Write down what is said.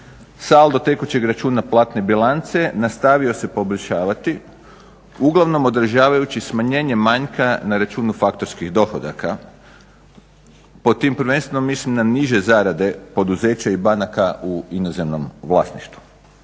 Saldo tekućeg računa platne bilance nastavio se poboljšavati, uglavnom održavajući smanjenje manjka na računu faktorskih dohodaka. Pod tim prvenstveno mislim na niže zarade poduzeća i banaka u inozemnom vlasništvu.